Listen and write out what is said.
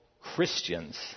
Christians